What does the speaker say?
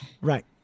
Right